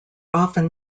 often